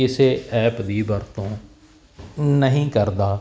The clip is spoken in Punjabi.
ਕਿਸੇ ਐਪ ਦੀ ਵਰਤੋਂ ਨਹੀਂ ਕਰਦਾ